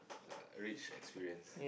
uh rich experience